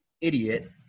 idiot